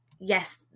yes